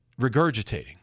regurgitating